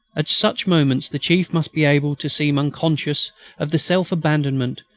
at such moments the chief must be able to seem unconscious of the self-abandonment,